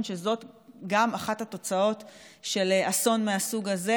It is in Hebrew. שזאת גם אחת התוצאות של אסון מהסוג הזה,